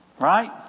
right